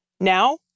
Now